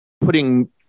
putting